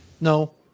no